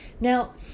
Now